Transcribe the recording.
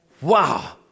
Wow